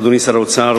אדוני שר האוצר,